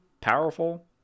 powerful